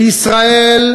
בישראל,